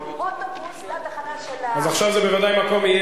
--- אוטובוס זה התחנה --- אז עכשיו זה בוודאי יהיה